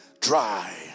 dry